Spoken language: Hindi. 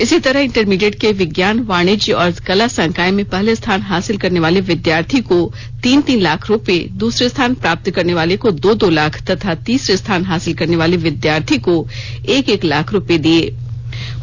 इसी तरह इंटरमीडिएट के विज्ञान वाणिज्य और कला संकाय में पहले स्थान हासिल करनेवाले विद्यार्थी को तीन तीन लाख रुपये दूसरे स्थान प्राप्त करनेवाले को दो दो लाख तथा तीसरे स्थान हासिल करने वाले विद्यार्थी को एक एक लाख रुपये दिए गए